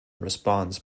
response